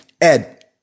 Ed